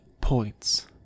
points